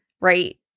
Right